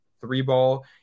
three-ball